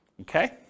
okay